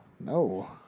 no